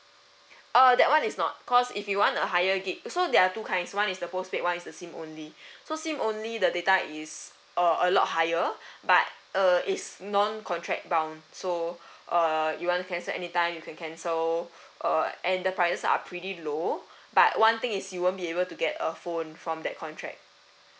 uh that one is not cause if you want a higher gig so there are two kinds one is the postpaid one is the SIM only so SIM only the data is uh a lot higher but uh it's non contract bound so uh you want to cancel anytime you can cancel uh and the prices are pretty low but one thing is you won't be able to get a phone from that contract